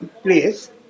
place